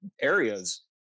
areas